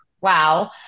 wow